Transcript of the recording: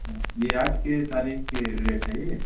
ہوں یہ آج کے تاریخ کی ریٹ ہے یہ